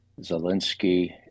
Zelensky